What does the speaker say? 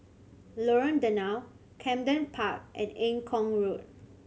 Lorong Danau Camden Park and Eng Kong Road